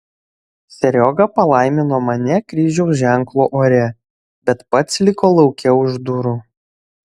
serioga palaimino mane kryžiaus ženklu ore bet pats liko lauke už durų